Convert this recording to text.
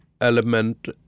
element